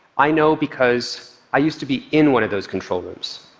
i know because i used to be in one of those control rooms.